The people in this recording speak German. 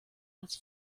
als